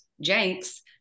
Jenks